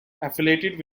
affiliated